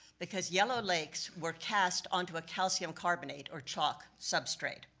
because yellow lakes were cast onto a calcium carbonate, or chalk substrate.